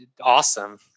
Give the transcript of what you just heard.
awesome